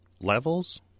levels